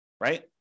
right